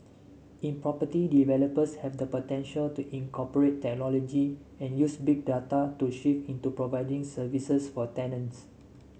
in property developers have the potential to incorporate technology and use Big Data to shift into providing services for tenants